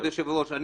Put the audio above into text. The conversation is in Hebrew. כבוד היושב ראש,